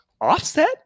Offset